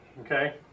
okay